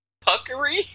puckery